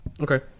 Okay